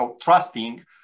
trusting